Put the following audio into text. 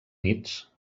nits